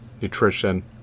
nutrition